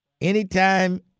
anytime